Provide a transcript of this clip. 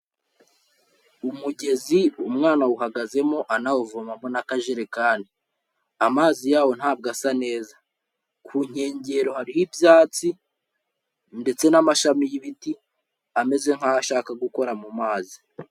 Umugezi umwana awuhagazemo anawuvomamo n'akajerekani, amazi yawo ntabwo asa neza, ku nkengero hariho ibyatsi, ndetse n'amashami y'ibiti ameze nk'aho ashaka gukora mu mazi.